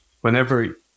whenever